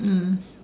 mm